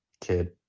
kid